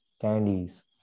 candies